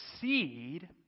seed